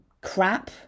crap